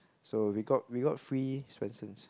so we got we got free Swensens